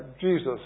Jesus